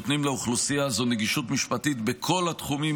נותנים לאוכלוסייה הזאת נגישות משפטית בכל התחומים